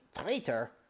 Traitor